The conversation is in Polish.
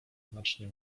znacznie